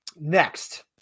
Next